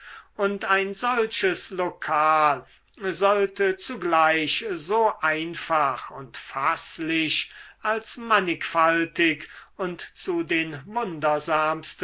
und ein solches lokal sollte zugleich so einfach und faßlich als mannigfaltig und zu den